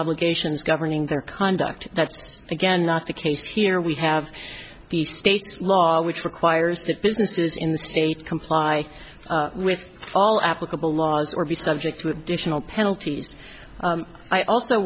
obligations governing their conduct that's again not the case here we have the state law which requires that businesses in the state comply with all applicable laws or be subject to additional penalties i also